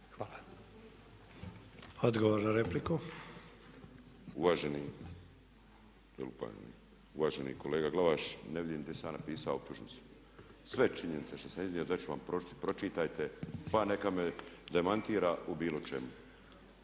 **Bulj, Miro (MOST)** Uvaženi kolega Glavaš, ne vidim gdje sam ja napisao optužnicu. Sve činjenice što sam iznio, dat ću vam, pročitajte pa nema me demantira u bilo čemu.